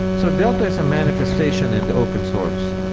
so delta is a manifestation and open source.